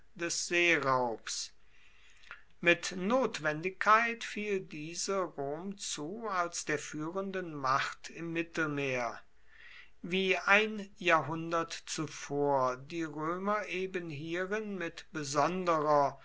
des seeraubs mit notwendigkeit fiel diese rom zu als der führenden macht im mittelmeer wie ein jahrhundert zuvor die römer eben hierin mit besonderer